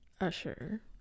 Usher